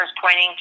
pointing